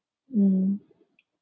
mm